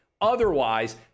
Otherwise